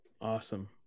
Awesome